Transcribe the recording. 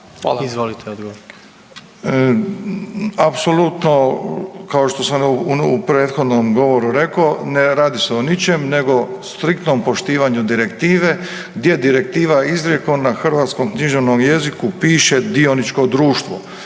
(HDZ)** Izvolite odgovor.